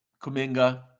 Kuminga